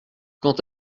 quant